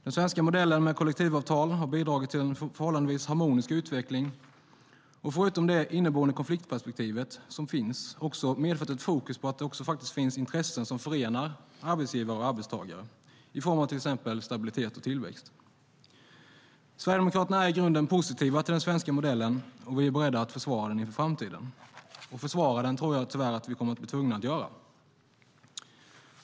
Den svenska modellen med kollektivavtal har bidragit till en förhållandevis harmonisk utveckling och har, förutom det inneboende konfliktperspektiv som finns, medfört ett fokus på att det även finns intressen som förenar arbetsgivare och arbetstagare i form av till exempel stabilitet och tillväxt. Sverigedemokraterna är i grunden positiva till den svenska modellen, och vi är beredda att försvara den inför framtiden. Försvara den tror jag tyvärr också att vi kommer att bli tvungna att göra.